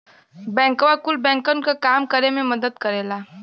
बैंकवा कुल बैंकन क काम करे मे मदद करेला